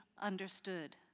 understood